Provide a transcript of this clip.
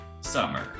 Summer